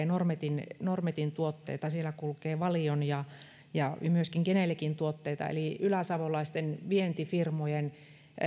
normetin normetin tuotteita siellä kulkee valion ja ja myöskin genelecin tuotteita eli yläsavolaisten vientifirmojen